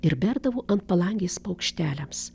ir berdavo ant palangės paukšteliams